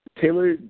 Taylor